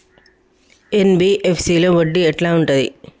NBFC లో వడ్డీ ఎట్లా ఉంటది?